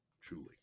truly